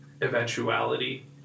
eventuality